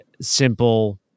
simple